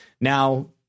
Now